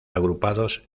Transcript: agrupados